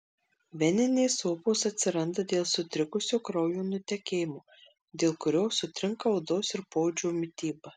veninės opos atsiranda dėl sutrikusio kraujo nutekėjimo dėl kurio sutrinka odos ir poodžio mityba